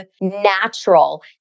natural